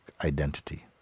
identity